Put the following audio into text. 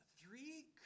three